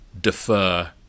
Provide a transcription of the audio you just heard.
defer